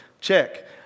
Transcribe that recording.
check